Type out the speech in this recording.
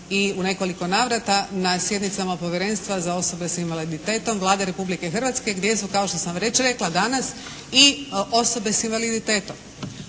i u nekoliko navrata na sjednicama Povjerenstva za osobe s invaliditetom Vlade Republike Hrvatske gdje su kao što sam već rekla danas i osobe s invaliditetom.